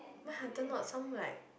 my hunter not some like